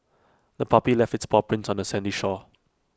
the puppy left its paw prints on the sandy shore